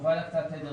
ובעד הקצאת תדר,